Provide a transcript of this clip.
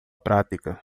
prática